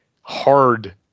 hard